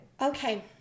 Okay